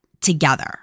together